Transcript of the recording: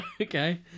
Okay